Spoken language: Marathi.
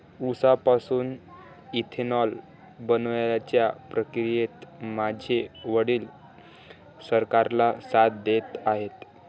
उसापासून इथेनॉल बनवण्याच्या प्रक्रियेत माझे वडील सरकारला साथ देत आहेत